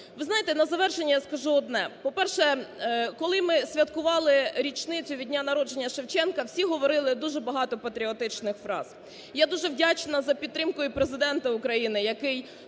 Ви знаєте, на завершення я скажу одне. По-перше, коли ми святкували річницю від дня народження Шевченка, всі говорили дуже багато патріотичних фраз. Я дуже вдячна за підтримку і Президенту України, який